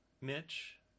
Mitch